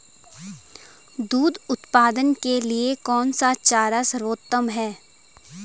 दूध उत्पादन के लिए कौन सा चारा सर्वोत्तम है?